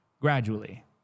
gradually